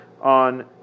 On